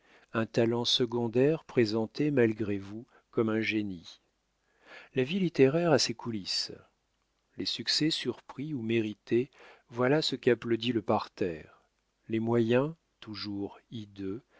un talent secondaire présenté malgré vous comme un génie la vie littéraire a ses coulisses les succès surpris ou mérités voilà ce qu'applaudit le parterre les moyens toujours